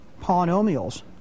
polynomials